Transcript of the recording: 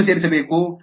ಮತ್ತು ಏನು ಸೇರಿಸಬೇಕು